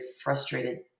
frustrated